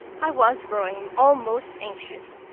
i was growing almost anxious.